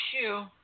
shoe